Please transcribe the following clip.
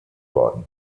worden